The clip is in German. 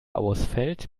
ausfällt